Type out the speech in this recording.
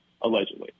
allegedly